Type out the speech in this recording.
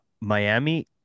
Miami